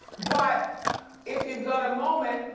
but if you've got a moment,